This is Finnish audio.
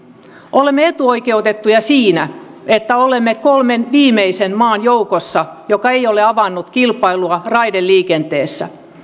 olemme etuoikeutettuja siinä että olemme kolmen viimeisen maan joukossa jotka eivät ole avanneet kilpailua raideliikenteessä